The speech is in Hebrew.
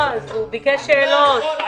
לא, הוא ביקש שאלות.